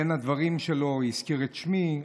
בדברים שלו הוא הזכיר את שמי,